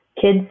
kids